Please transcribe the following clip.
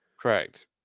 correct